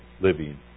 living